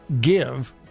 give